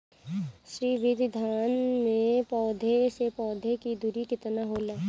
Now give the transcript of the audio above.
श्री विधि धान में पौधे से पौधे के दुरी केतना होला?